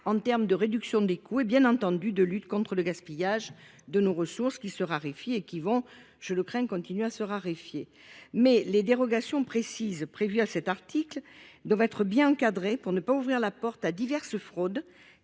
en matière de réduction des coûts et, bien entendu, de lutte contre le gaspillage de nos ressources, qui se raréfient et qui- je le crains -continueront à se raréfier. Toutefois, les dérogations précises prévues à cet article doivent être bien encadrées pour ne pas ouvrir la porte à diverses fraudes